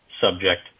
subject